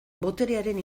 boterearen